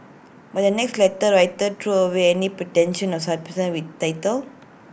but the next letter writer threw away any pretension of with title